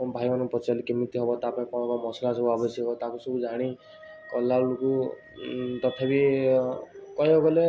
ମୋ ଭାଇମାନଙ୍କୁ ପଚାରିଲି କେମିତି ହବ ତା' ପାଇଁ କ'ଣ କ'ଣ ମସଲା ସବୁ ଆବଶ୍ୟକ ତାକୁ ସବୁ ଜାଣି କଲାବେଳକୁ ତଥାପି ଅ କହିବାକୁ ଗଲେ